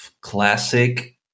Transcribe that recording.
classic